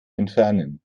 entfernen